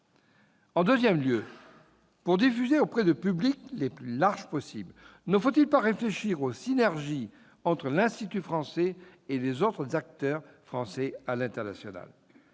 Ensuite, pour une diffusion auprès de publics les plus larges possible, ne faut-il pas réfléchir aux synergies entre l'Institut français et les autres acteurs français à l'international ?